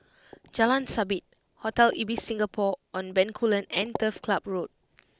Jalan Sabit Hotel Ibis Singapore On Bencoolen and Turf Club Road